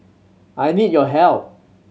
I need your help